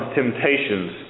temptations